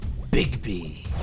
Bigby